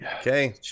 Okay